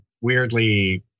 weirdly